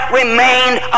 remained